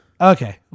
okay